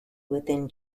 within